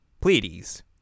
Pleiades